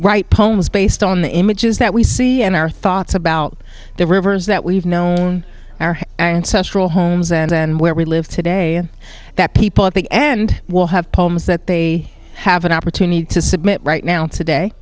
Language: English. write poems based on the images that we see and our thoughts about the rivers that we've known our ancestral homes and then where we live today that people at the end will have poems that they have an opportunity to submit right now today